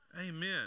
Amen